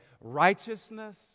righteousness